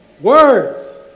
words